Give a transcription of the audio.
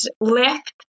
left